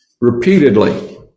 Repeatedly